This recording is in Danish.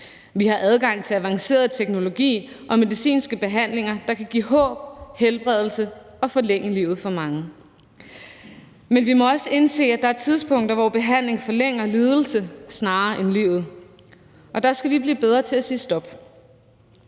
Vi har adgang til avanceret teknologi og medicinske behandlinger, der kan give håb, helbredelse og forlænge livet for mange. Men vi må også indse, at der er tidspunkter, hvor behandlingen forlænger lidelse snarere end livet, og der skal vi blive bedre til at sige stop.